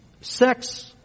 sex